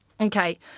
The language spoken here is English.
Okay